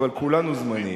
אבל כולנו זמניים.